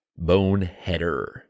boneheader